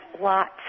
lots